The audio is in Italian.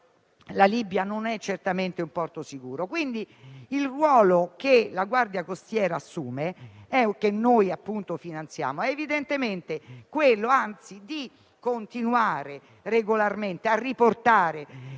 la Libia non è certamente un porto sicuro. Quindi, il ruolo che la Guardia costiera assume (e che noi, appunto, finanziamo) è evidentemente quello di continuare a riportare